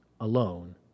alone